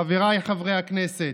חבריי חברי הכנסת,